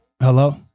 Hello